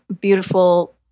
beautiful